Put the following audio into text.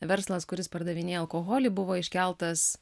verslas kuris pardavinėja alkoholį buvo iškeltas